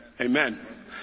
Amen